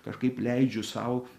kažkaip leidžiu sau